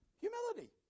Humility